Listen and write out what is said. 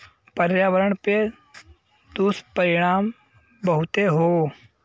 पर्यावरण पे दुष्परिणाम बहुते हौ